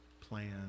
plan